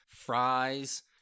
fries